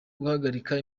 guhagarika